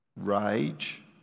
rage